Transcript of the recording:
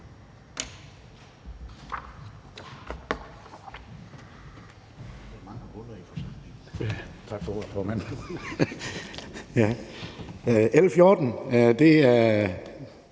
Tak for ordet, formand. Jeg